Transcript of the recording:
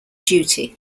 duty